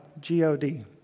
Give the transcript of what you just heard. G-O-D